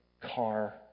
car